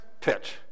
pitch